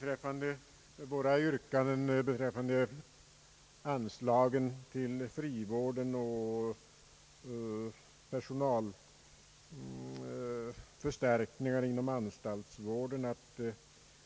Beträffande våra yrkanden om anslag till frivården och personalförstärkningar inom anstaltsvården säger herr Birger Andersson att det inte är så viktigt